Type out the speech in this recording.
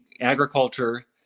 agriculture